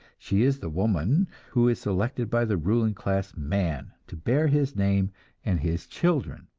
she is the woman who is selected by the ruling class man to bear his name and his children,